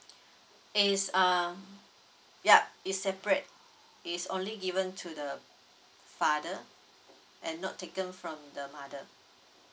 it's err yup it's separate it's only given to the father and not taken from the mother